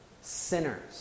sinners